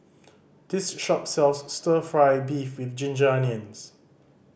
this shop sells Stir Fry beef with ginger onions